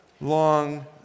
long